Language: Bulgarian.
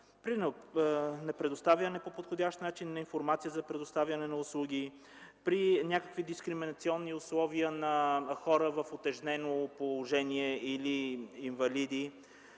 при непредоставяне по подходящ начин на информация за услуги, при дискриминационни условия за хора в утежнено положение или инвалиди.